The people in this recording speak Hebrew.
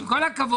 עם כל הכבוד,